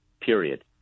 Period